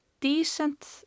decent